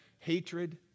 Hatred